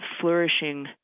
flourishing